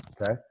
okay